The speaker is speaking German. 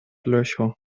löcher